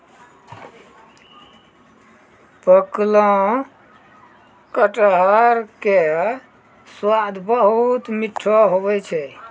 पकलो कटहर के स्वाद बहुत मीठो हुवै छै